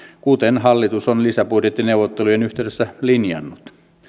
kuten hallitus on lisäbudjettineuvottelujen yhteydessä linjannut